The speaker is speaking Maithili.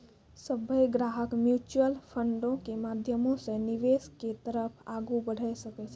सभ्भे ग्राहक म्युचुअल फंडो के माध्यमो से निवेश के तरफ आगू बढ़ै सकै छै